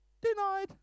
denied